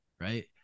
right